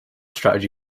strategy